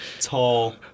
tall